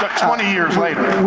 but twenty years later.